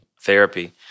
therapy